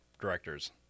directors